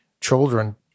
children